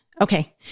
okay